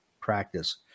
practice